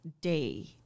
day